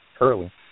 Early